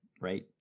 right